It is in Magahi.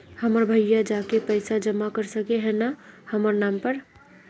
हमर भैया जाके पैसा जमा कर सके है न हमर नाम पर?